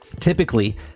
Typically